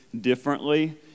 differently